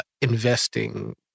investing